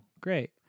great